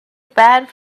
bad